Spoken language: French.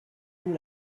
nous